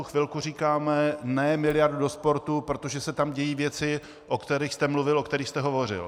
Chvilku říkáme ne miliardu do sportu, protože se tam dějí věcí, o kterých jste mluvil, o kterých jste hovořil.